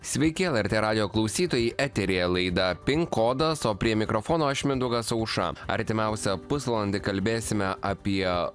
sveiki lrt radijo klausytojai eteryje laida pin kodas o prie mikrofono aš mindaugas auša artimiausią pusvalandį kalbėsime apie